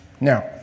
Now